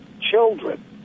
children